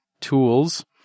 tools